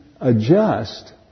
adjust